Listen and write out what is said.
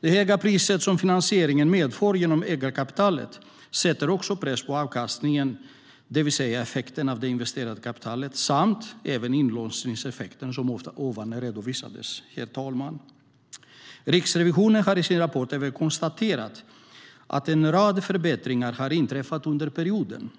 Det höga priset som finansieringen medför genom ägarkapitalet sätter också press på avkastningen, det vill säga effekten av det investerade kapitalet samt även av inlåsningseffekter som tidigare redovisades. Herr talman! Riksrevisionen har i sin rapport även konstaterat att en rad förbättringar har inträffat under perioden.